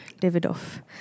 David-off